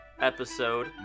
episode